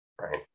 right